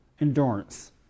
endurance